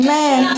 Man